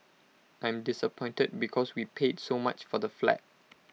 I'm disappointed because we paid so much for the flat